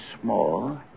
small